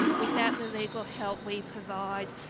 without the legal help we provide,